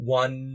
one